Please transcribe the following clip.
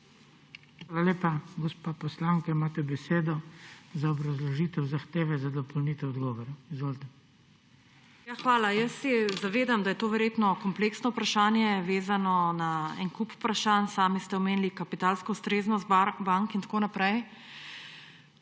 Hvala lepa. Gospa poslanka, imate besedo za obrazložitev zahteve za dopolnitev odgovora. Izvolite. MAŠA KOCIPER (PS SAB): Hvala. Zavedam se, da je to verjetno kompleksno vprašanje, vezano na en kup vprašanj, sami ste omenili kapitalsko ustreznost bank in tako naprej.